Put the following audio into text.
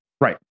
Right